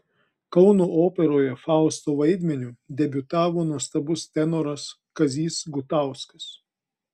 kauno operoje fausto vaidmeniu debiutavo nuostabus tenoras kazys gutauskas